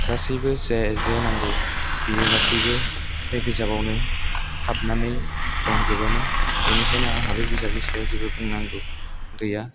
गासैबो जे जे नांगौ बियो गासैबो बे बिजाबावनो हाबनानै दंजोबोमोन बिनिखायनो आंहा बे बिजाबनि सायाव जेबो बुंनांगौ गैया